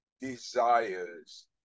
desires